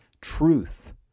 truth